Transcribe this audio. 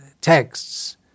texts